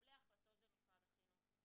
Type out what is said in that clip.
למקבלי ההחלטות במשרד החינוך,